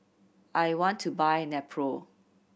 I want to buy Nepro